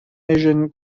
asian